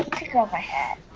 taking off my hat.